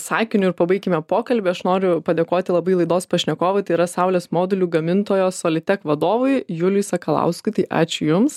sakiniu ir pabaikime pokalbį aš noriu padėkoti labai laidos pašnekovui tai yra saulės modulių gamintojos solitek vadovui juliui sakalauskui tai ačiū jums